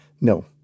No